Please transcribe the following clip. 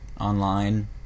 online